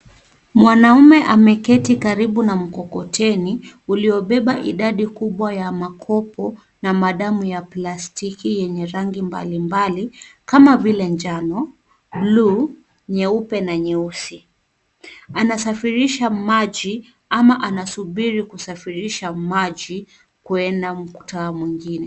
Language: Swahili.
Mwanamume ameketi karibu na mokoteni, uliobeba idadi kubwa ya makopo na madamu ya plastiki yenye rangi mbalimbali, kama vile njano, buluu, nyeupe na nyeusi. Anasafirisha maji ama anasubiri kusafirisha maji kwenda mkutaa mwingine.